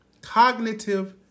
Cognitive